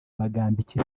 bagambiki